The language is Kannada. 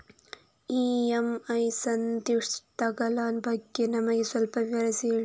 ಇ.ಎಂ.ಐ ಸಂಧಿಸ್ತ ಗಳ ಬಗ್ಗೆ ನಮಗೆ ಸ್ವಲ್ಪ ವಿಸ್ತರಿಸಿ ಹೇಳಿ